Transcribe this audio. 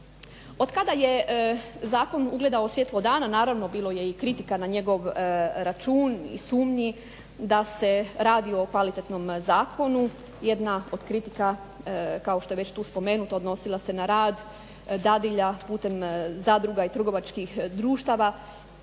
Od kada je zakon ugledao svijetlo dana naravno bilo je i kritika na njegovo račun i sumnji da se radi o kvalitetnom zakonu. Jedna od kritika kao što je već tu spomenuto odnosila se na rad dadilja putem zadruga i trgovačkih društava,